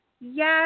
Yes